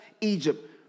Egypt